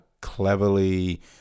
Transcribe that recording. cleverly